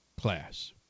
class